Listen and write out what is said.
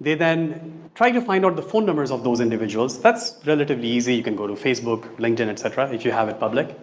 they then try to find all the phone numbers of those individuals, that's relatively easy, you can go to facebook, linkedin et cetera if you have it public